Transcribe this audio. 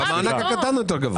במענק הקטן הוא יותר גבוה.